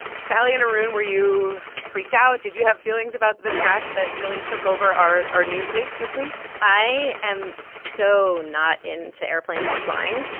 sally and arun, were you freaked out? did you have feelings about the crash that really took over our our news week this week? i am so not into airplanes and flying.